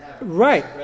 right